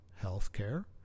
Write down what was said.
healthcare